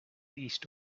east